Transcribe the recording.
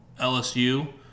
LSU –